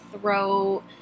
throat